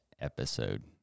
episode